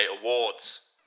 Awards